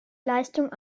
leistung